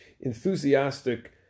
enthusiastic